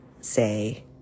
say